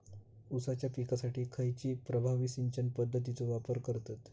ऊसाच्या पिकासाठी खैयची प्रभावी सिंचन पद्धताचो वापर करतत?